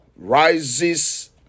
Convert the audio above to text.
rises